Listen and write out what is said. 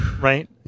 right